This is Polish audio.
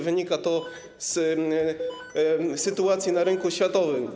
Wynika to z sytuacji na rynku światowym.